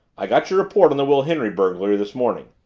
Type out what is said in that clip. i got your report on the wilhenry burglary this morning.